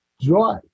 joy